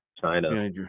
China